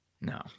No